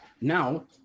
Now